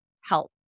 help